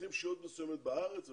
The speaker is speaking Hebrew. צריכים לשהות בארץ תקופה מסוימת,